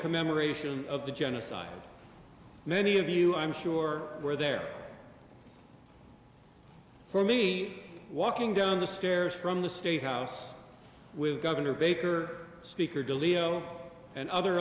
commemoration of the genocide many of you i'm sure were there for me walking down the stairs from the state house with governor baker speaker dileo and other